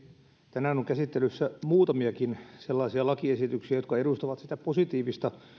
tänään on käsittelyssä muutamiakin sellaisia lakiesityksiä jotka edustavat sitä positiivista